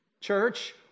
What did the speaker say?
church